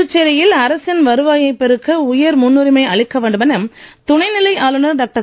புதுச்சேரியில் அரசின் வருவாயைப் பெருக்க உயர் முன்னுரிமை அளிக்க வேண்டுமென துணைநிலை ஆளுனர் டாக்டர்